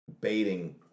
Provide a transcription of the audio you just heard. baiting